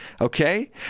okay